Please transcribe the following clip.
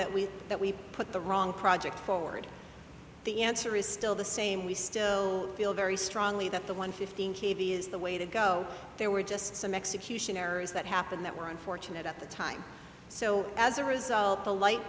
that we that we put the wrong project forward the answer is still the same we still feel very strongly that the one fifteen k v is the way to go there were just some execution errors that happened that were unfortunate at the time so as a result the light